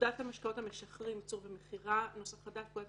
פקודת המשקאות המשכרים (ייצור ומכירה) ; פקודת